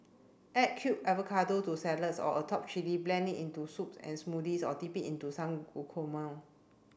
add cube avocado to salads or atop chilli blend it into soups and smoothies or dip into some